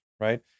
Right